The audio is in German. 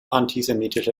antisemitische